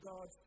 God